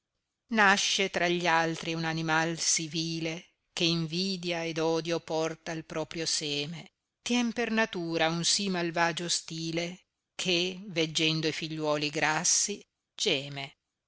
nasce tra gli altri un animai sì vile che invidia ed odio porta al proprio seme tien per natura un sì malvagio stilo che veggendo i figliuoli grassi geme